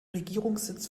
regierungssitz